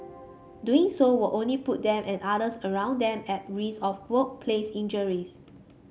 doing so will only put them and others around them at risk of workplace injuries